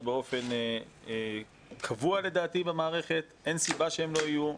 באופן קבוע במערכת ואין סיבה שהם לא יהיו.